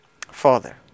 Father